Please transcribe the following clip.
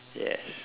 yes